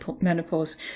menopause